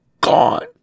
gone